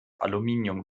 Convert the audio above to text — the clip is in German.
aluminium